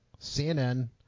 CNN